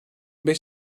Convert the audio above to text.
beş